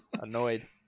annoyed